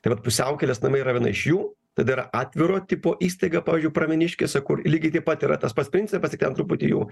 tai vat pusiaukelės namai yra viena iš jų tada yra atviro tipo įstaiga pavyzdžiui pravieniškėse kur lygiai taip pat yra tas pats principas tik ten truputį jų